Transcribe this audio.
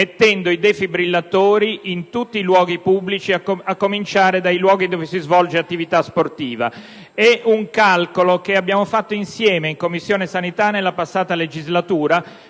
mettendo i defibrillatori in tutti i luoghi pubblici, a cominciare da quelli dove si svolge attività sportiva. È un calcolo che abbiamo fatto insieme, in Commissione sanità, nella passata legislatura,